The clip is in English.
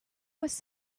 was